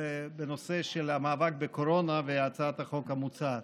בנושא של המאבק בקורונה והצעת החוק המוצעת.